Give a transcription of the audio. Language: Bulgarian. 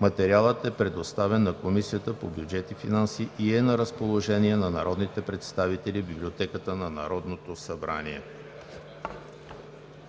Материалът е предоставен на Комисията по бюджет и финанси и е на разположение на народните представители в Библиотеката на Народното събрание.